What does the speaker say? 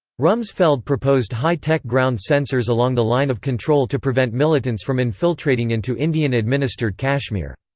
rumsfeld proposed hi-tech ground sensors along the line of control to prevent militants from infiltrating into indian-administered kashmir.